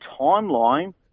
timeline